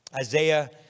Isaiah